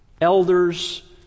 Elders